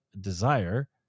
desire